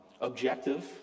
objective